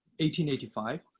1885